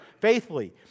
faithfully